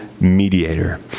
mediator